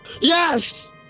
Yes